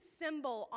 symbol